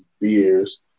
beers